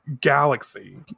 galaxy